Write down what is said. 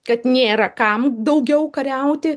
kad nėra kam daugiau kariauti